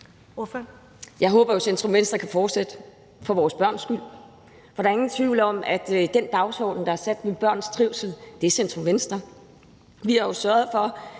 Jeg håber jo, centrum-venstre kan fortsætte – for vores børns skyld – for der er ingen tvivl om, at den dagsorden, der er sat om børns trivsel, er centrum-venstres. Vi har jo sørget for,